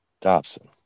Dobson